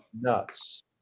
nuts